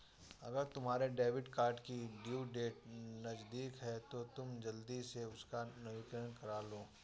अगर तुम्हारे debit card की ड्यू डेट नज़दीक है तो तुम जल्दी से उसका नवीकरण करालो